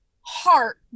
heart